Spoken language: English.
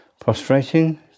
Prostrating